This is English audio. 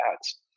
ads